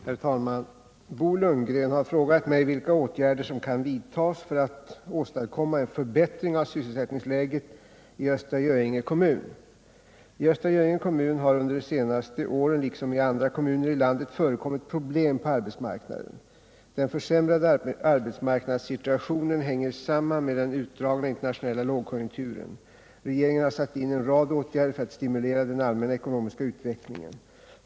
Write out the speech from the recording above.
Herr talman! Bo Lundgren har frågat mig vilka åtgärder som kan vidtagas för att åstadkomma en förbättring av sysselsättningsläget i Östra Göinge kommun. I Östra Göinge kommun har under de senaste åren liksom i andra kommuner i landet förekommit problem på arbetsmarknaden. Den försämrade arbetsmarknadssituationen hänger samman med den utdragna internationella lågkonjunkturen. Regeringen har satt in en rad åtgärder för att stimulera den allmänna ekonomiska utvecklingen.